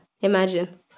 Imagine